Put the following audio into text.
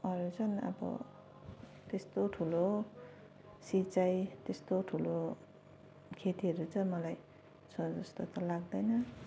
अरू चाहिँ अब त्यस्तो ठुलो सिँचाइ त्यस्तो ठुलो खेतीहरू चाहिँ मलाई छ जस्तो त लाग्दैन